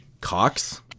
Cox